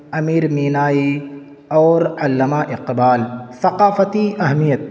امیر مینائی اور علامہ اقبال ثقافتی اہمیت